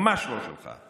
ממש לא שלך.